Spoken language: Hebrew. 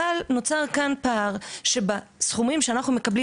אבל נוצר כאן פער שבסכומים שאנחנו מקבלים